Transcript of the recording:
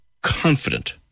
confident